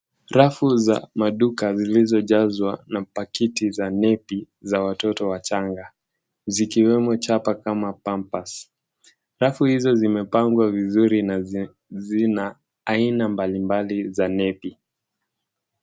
Rafu za maduka zilizojazwa na pakiti za neti za watoto wachanga zikiwemo chapa kama pampers .Rafu hizo zimepangwa vizuri na zina aina mbalimbali za neti.